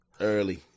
Early